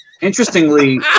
interestingly